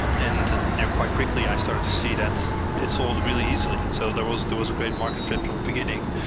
and you know quite quickly, i started to see that it sold really easily, so there was there was a great market fit from the beginning.